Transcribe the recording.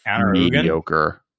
mediocre